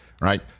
Right